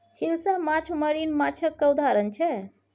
हिलसा माछ मरीन माछक उदाहरण छै